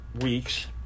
weeks